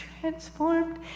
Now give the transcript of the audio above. transformed